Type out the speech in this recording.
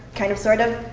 kind of sort of.